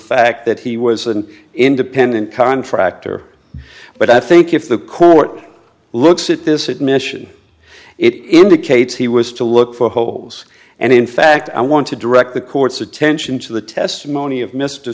fact that he was an independent contractor but i think if the court looks at this admission it indicates he was to look for holes and in fact i want to direct the court's attention to the testimony of mr